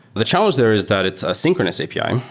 the challenge there is that it's a synchronous api. ah